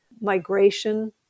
migration